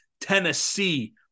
Tennessee